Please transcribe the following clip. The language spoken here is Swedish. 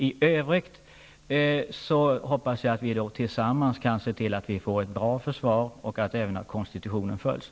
I övrigt hoppas jag att vi tillsammans kan se till att vi får ett bra försvar och att konstitutionen följs.